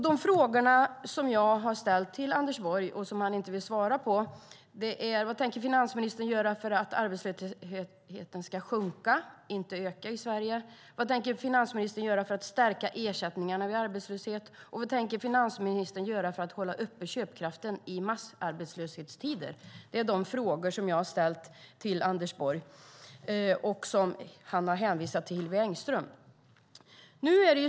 De frågor jag har ställt till Anders Borg och som han inte vill svara på är: Vad tänker finansministern göra för att arbetslösheten ska sjunka och inte öka i Sverige? Vad tänker finansministern göra för att stärka ersättningarna vid arbetslöshet? Vad tänker finansministern göra för att hålla uppe köpkraften i tider av massarbetslöshet? Det är de frågor jag har ställt till Anders Borg och som han har hänvisat till Hillevi Engström.